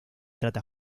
trata